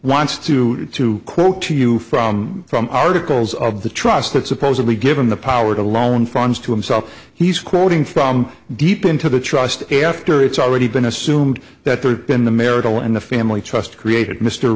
wants to to quote to you from from articles of the trust that supposedly give him the power to loan funds to him so he's quoting from deep into the trust after it's already been assumed that there's been the marital and the family trust created mr